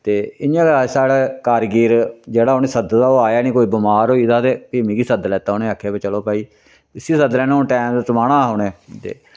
ते इ'यां गै साढ़ा कारीगर जेह्ड़ा उनें सद्दे दा हा ओह् आया नी कोई बमार होई गेदा ते फ्ही मिगी सद्दी लैता उनें आखेआ चलो भई इसी सद्दी लैना हून टैम ते टपाना हा उनें ते